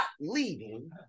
leaving